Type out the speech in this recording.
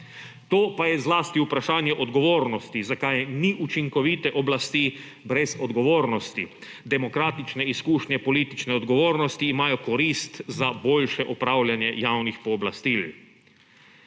to pa je zlasti vprašanje odgovornosti, zakaj ni učinkovite oblasti brez odgovornosti. Demokratične izkušnje politične odgovornosti imajo korist za boljše opravljanje javnih pooblastil.